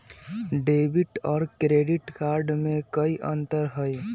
Debit और credit card में कई अंतर हई?